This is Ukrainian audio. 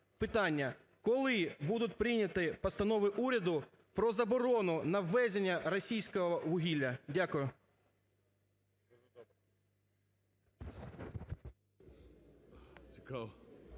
Коли будуть прийняті постанови уряду про заборону на ввезення російського вугілля? Дякую.